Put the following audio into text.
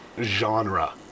genre